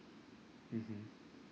mmhmm